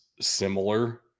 similar